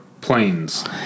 Planes